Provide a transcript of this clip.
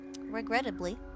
regrettably